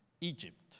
Egypt